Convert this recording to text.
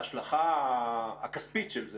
ההשלכה הכספית של זה.